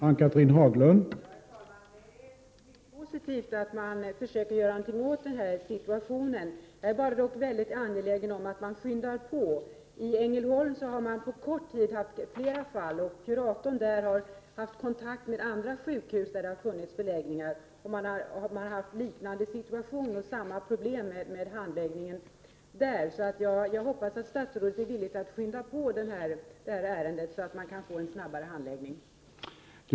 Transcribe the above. Herr talman! Det är mycket positivt att man försöker göra någonting åt den här situationen. Jag är dock mycket angelägen om att man skyndar på. I Ängelholm har man på kort tid haft flera fall, och kuratorn där har haft Prot. 1988/89:36 kontakt med andra sjukhus där det har funnits förläggningar i närheten. Där 1 december 1988 har situationen varit liknande, och man har haft samma problem i fråga om a ER Å RAR Om åtgärder mot handläggningen.